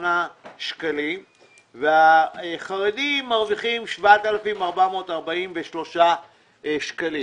שקלים והאוכלוסייה החרדית מרוויחה 7,443 שקלים.